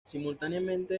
simultáneamente